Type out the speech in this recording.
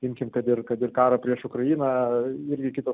imkim kad ir kad ir karą prieš ukrainą irgi kitas